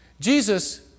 Jesus